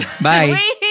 Bye